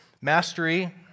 Mastery